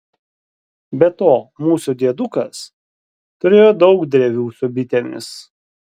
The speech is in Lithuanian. be to mūsų diedukas turėjo daug drevių su bitėmis